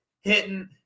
hitting